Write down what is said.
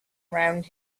around